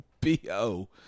B-O